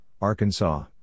Arkansas